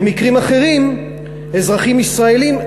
במקרים אחרים אזרחים ישראלים,